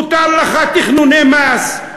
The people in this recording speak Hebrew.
מותר לך תכנוני מס,